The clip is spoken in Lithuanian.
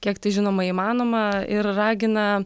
kiek tai žinoma įmanoma ir ragina